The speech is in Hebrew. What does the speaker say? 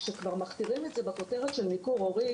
כשנותנים את הכותרת של ניכור הורי,